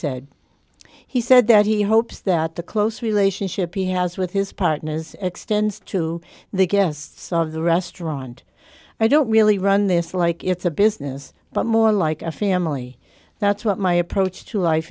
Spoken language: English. said he said that he hopes that the close relationship he has with his partners extends to the guests of the restaurant i don't really run this like it's a business but more like a family that's what my approach to life